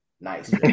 Nice